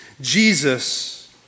Jesus